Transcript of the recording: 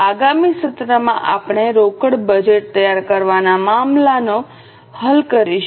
આગામી સત્રમાંઆપણે રોકડ બજેટ તૈયાર કરવાના મામલાને હલ કરવા જઈશું